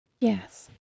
Yes